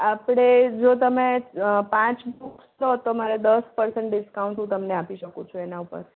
આપડે જો તમે પાંચ બૂક્સ લો તો મારે દસ પર્સન્ટ ડિસ્કાઉન્ટ હું તમને આપી શકું છું એના ઉપર